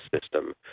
system